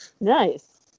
Nice